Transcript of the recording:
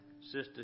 Sister